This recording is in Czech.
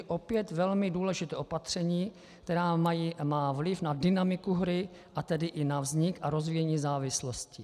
Opět velmi důležité opatření, které má vliv na dynamiku hry, a tedy i na vznik a rozvíjení závislosti.